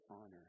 honor